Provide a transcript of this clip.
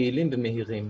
יעילים ומהירים.